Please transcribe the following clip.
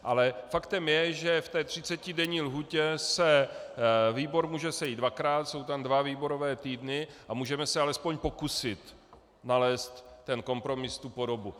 Ale faktem je, že v té třicetidenní lhůtě se výbor může sejít dvakrát, jsou tam dva výborové týdny a můžeme se alespoň pokusit nalézt kompromis, podobu.